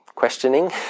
questioning